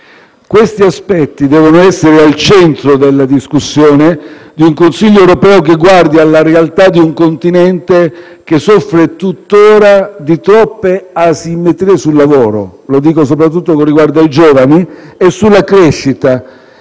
Questi aspetti devono essere al centro della discussione di un Consiglio europeo che guardi alla realtà di un continente che soffre tuttora di troppe asimmetrie sul lavoro (lo dico soprattutto con riguardo ai giovani) e sulla crescita